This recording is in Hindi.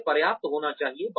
इसे पर्याप्त होना चाहिए